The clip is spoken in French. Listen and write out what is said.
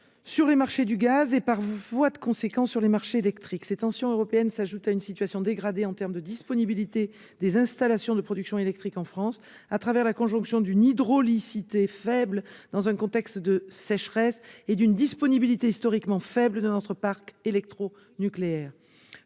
sur les marchés du gaz et, par voie de conséquence, sur les marchés électriques. Ces tensions européennes s'ajoutent à une situation dégradée eu égard à la disponibilité des installations de production électrique en France, fruit de la conjonction d'une hydraulicité faible dans un contexte de sécheresse et d'une disponibilité historiquement faible de notre parc électronucléaire.